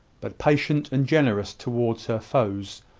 but patient and generous towards her foes,